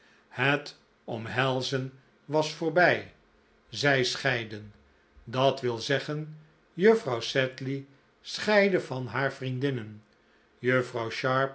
omhelzen was voorbij zij scheidden dat wil zeggen juffrouw sedley scheidde van haar vriendinnen juffrouw